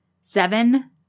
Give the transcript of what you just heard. Seven